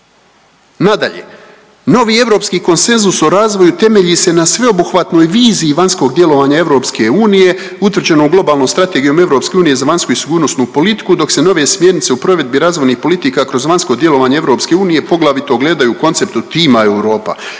Nadalje, novi Europski konsenzus o razvoju temelji se na sveobuhvatnoj viziji vanjskog djelovanja EU utvrđeno u globalno strategijom EU za vanjsku i sigurnosnu politiku dok se nove smjernice u provedbi razvojnih politika kroz vanjsko djelovanje EU, poglavito gledaju u konceptu tima Europa